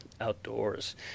outdoors